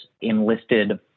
enlisted